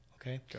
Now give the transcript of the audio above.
okay